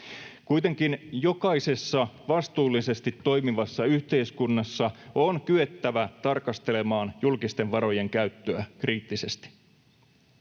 Kuitenkin jokaisessa vastuullisesti toimivassa yhteiskunnassa on kyettävä tarkastelemaan julkisten varojen käyttöä kriittisesti.